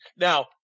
Now –